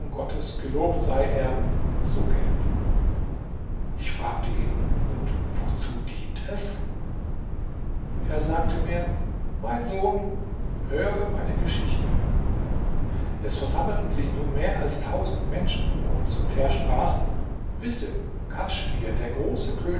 gottes gelobt sei er so gelb ich fragte ihn und wozu dient es er sagte mir mein sohn höre meine geschichte es versammelten sich nun mehr als tausend menschen um uns und er sprach wisse kaschmir der